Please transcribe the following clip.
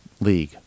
league